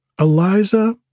Eliza